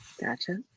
Gotcha